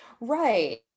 Right